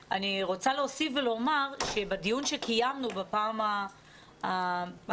אני רוצה להוסיף ולומר שבדיון שקיימנו בפעם הקודמת,